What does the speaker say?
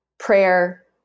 Prayer